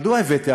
מדוע הבאתי,